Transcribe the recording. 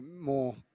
more